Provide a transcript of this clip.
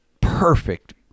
perfect